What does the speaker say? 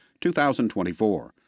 2024